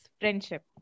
friendship